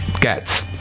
get